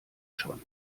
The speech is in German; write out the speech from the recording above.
schon